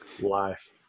life